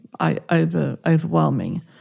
overwhelming